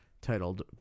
titled